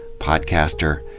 podcaster.